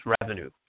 revenue